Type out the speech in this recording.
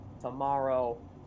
tomorrow